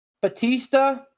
Batista